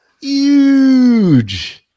huge